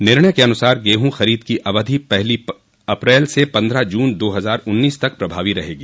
निर्णय के अनुसार गेहूँ खरीद की अवधि पहली अप्रैल से पन्द्रह जून दो हज़ार उन्नीस तक प्रभावी रहेगी